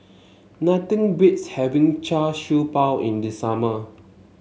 nothing beats having Char Siew Bao in the summer